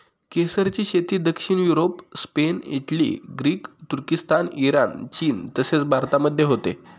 केसरची शेती दक्षिण युरोप, स्पेन, इटली, ग्रीस, तुर्किस्तान, इराण, चीन तसेच भारतामध्ये होते